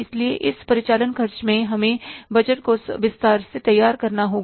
इसलिए इस परिचालन खर्च में हमें बजट को विस्तार से तैयार करना होगा